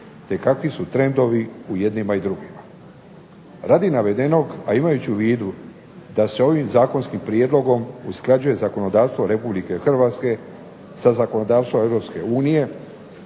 te kakvi su trendovi u jednima i drugima. Radi navedenog, a imajući u vidu da se ovim zakonskim prijedlogom usklađuje zakonodavstvo Republike Hrvatske sa zakonodavstvom